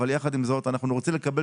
אבל יחד עם זאת אנחנו רוצים לקבל